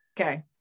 Okay